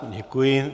Děkuji.